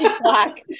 black